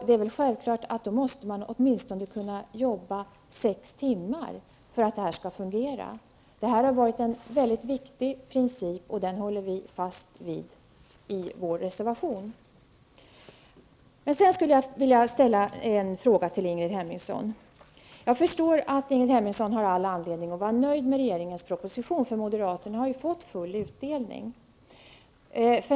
Det är väl självklart att då måste de kunna jobba åtminstone sex timmar, för att det skall fungera. Det har varit en väldigt viktig princip, och den håller vi fast vid i vår reservation. Hemmingsson. Jag förstår att Ingrid Hemmingsson har all anledning att vara nöjd med regeringens proposition, för moderaterna har fått full utdelning.